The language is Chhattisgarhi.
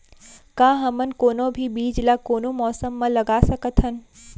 का हमन कोनो भी बीज ला कोनो मौसम म लगा सकथन?